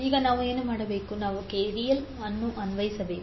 ಈಗ ನಾವು ಏನು ಮಾಡಬೇಕು ನಾವು ಕೆವಿಎಲ್ ಅನ್ನು ಅನ್ವಯಿಸಬೇಕು